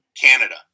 Canada